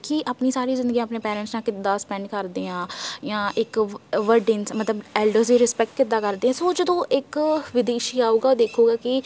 ਕਿ ਆਪਣੇ ਸਾਰੀ ਜ਼ਿੰਦਗੀ ਆਪਣੇ ਪੇਰੈਂਟਸ ਨਾਲ ਕਿੱਦਾਂ ਸਪੈਂਡ ਕਰਦੇ ਆਂ ਜਾਂ ਇੱਕ ਵੱਡੇ ਮਤਲਬ ਐਲਡਰ ਦੀ ਰਿਸਪੈਕਟ ਕਿੱਦਾਂ ਕਰਦੇ ਆ ਸੋ ਜਦੋਂ ਇੱਕ ਵਿਦੇਸ਼ੀ ਆਊਗਾ ਦੇਖੂਗਾ ਕਿ